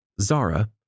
Zara